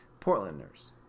Portlanders